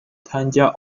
参加